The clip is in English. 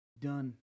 done